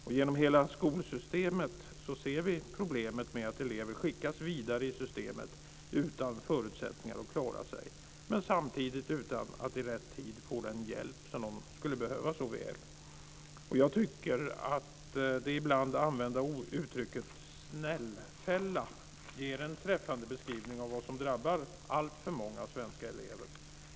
Och genom hela skolsystemet ser vi problemet med att elever skickas vidare i systemet utan förutsättningar att klara sig och utan att de i rätt tid får den hjälp som de så väl skulle behöva. Jag tycker att det ibland använda uttrycket "snällfälla" ger en träffande beskrivning av vad som drabbar alltför många svenska elever.